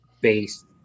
based